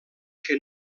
que